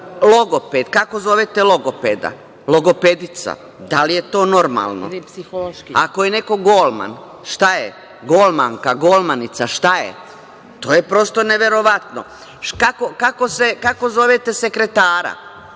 Logoped, kako zovete logopeda? Logopedica, da li je to normalno? Ako je neko golman, šta je golmanka, golmanica, šta je? To je prosto neverovatno. Kako zovete sekretara?